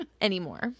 anymore